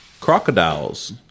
Crocodiles